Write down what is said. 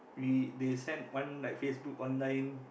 we they send one like Facebook online